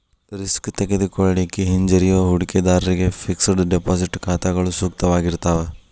risk ತೆಗೆದುಕೊಳ್ಳಿಕ್ಕೆ ಹಿಂಜರಿಯೋ ಹೂಡಿಕಿದಾರ್ರಿಗೆ ಫಿಕ್ಸೆಡ್ ಡೆಪಾಸಿಟ್ ಖಾತಾಗಳು ಸೂಕ್ತವಾಗಿರ್ತಾವ